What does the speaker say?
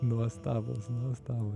nuostabūs nuostabūs